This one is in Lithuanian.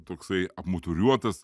toksai apmuturiuotas